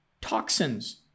toxins